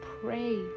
pray